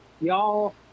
Y'all